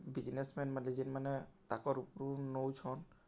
businessmen ମାନେ ଯେନ୍ମାନେ ତାକଁର୍ ଉପ୍ରୁ ନେଉଛନ୍